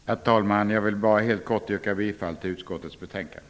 Herr talman! Jag vill bara helt kort yrka bifall till utskottets hemställan.